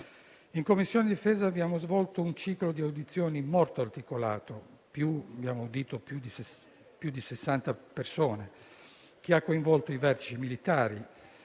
In Commissione difesa abbiamo svolto un ciclo di audizioni molto articolato - abbiamo audito più di 60 persone - che ha coinvolto i vertici militari